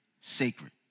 sacred